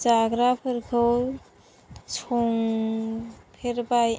जाग्राफोरखौ संफेरबाय